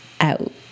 out